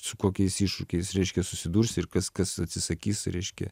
su kokiais iššūkiais reiškia susidursi ir kas kas atsisakys reiškia